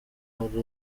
ubwe